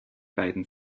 beiden